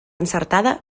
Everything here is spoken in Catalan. encertada